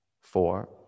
four